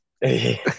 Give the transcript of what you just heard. hey